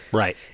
right